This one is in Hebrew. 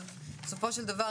אבל בסופו של דבר,